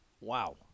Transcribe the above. Wow